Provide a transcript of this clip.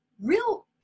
real